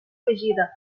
afegida